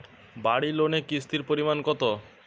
বাড়ি লোনে কিস্তির পরিমাণ কত?